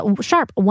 sharp